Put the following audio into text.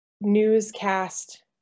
newscast